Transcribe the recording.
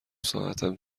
ساعتم